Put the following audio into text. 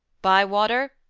bywater,